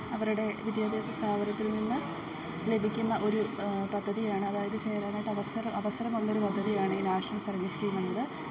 അവരുടെ വിദ്യാഭ്യാസ സ്ഥാപനത്തിൽ നിന്നു ലഭിക്കുന്ന ഒരു പദ്ധതിയാണ് അതായത് ചേരാനായിട്ടവസര അവസരമുള്ളൊരു പദ്ധതിയാണ് ഈ നാഷ്ണൽ സർവ്വീസ് സ്കീമെന്നത്